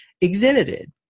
exhibited